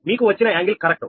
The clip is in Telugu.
మీకు వచ్చిన కోణం సరైనది